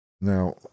Now